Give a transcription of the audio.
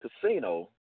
casino